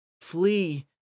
flee